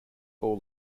all